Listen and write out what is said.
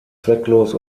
zwecklos